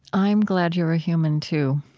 i'm glad you're a human too,